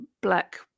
black